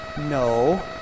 No